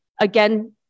again